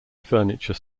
furniture